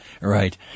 right